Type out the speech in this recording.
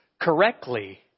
correctly